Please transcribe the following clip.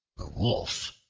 wolf,